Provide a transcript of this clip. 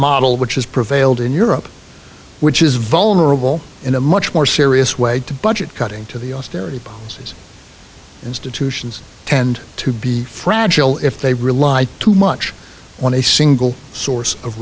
model which has prevailed in europe which is vulnerable in a much more serious way to budget cutting to the austerity these institutions tend to be fragile if they rely too much on a single source of